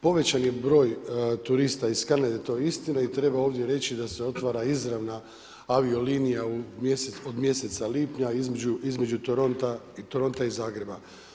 Povećan je broj turista iz Kanade to je istina i treba ovdje reći da se otvara izravna aviolinija od mjeseca lipnja između Toronta i Zagreba.